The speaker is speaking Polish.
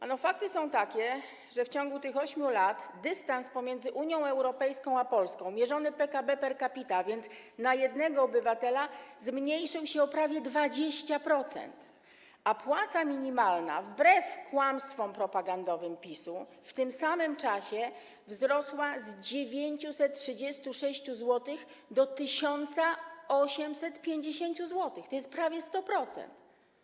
Ano fakty są takie, że w ciągu tych 8 lat dystans pomiędzy Unią Europejską a Polską mierzony PKB per capita, więc na jednego obywatela, zmniejszył się o prawie 20%, a płaca minimalna, wbrew kłamstwom propagandowym PiS-u, w tym samym czasie wzrosła z 936 zł do 1850 zł, to jest prawie 100%.